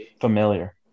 familiar